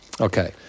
Okay